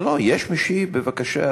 לוועדת הכספים?